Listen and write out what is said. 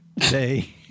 today